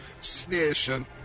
station